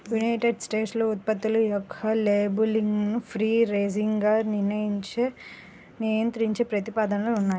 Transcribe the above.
United స్టేట్స్లో ఉత్పత్తుల యొక్క లేబులింగ్ను ఫ్రీ రేంజ్గా నియంత్రించే ప్రతిపాదనలు ఉన్నాయి